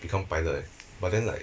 become pilot eh but then like